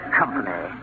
company